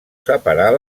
separar